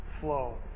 flow